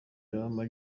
lam